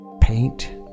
paint